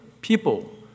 people